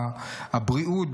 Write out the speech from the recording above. הבריאות,